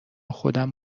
خودم